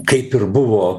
kaip ir buvo